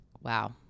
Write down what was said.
Wow